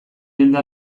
jende